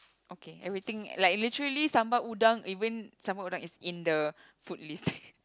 okay everything like literally sambal-udang even sambal-udang is in the food list